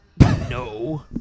No